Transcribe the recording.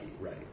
right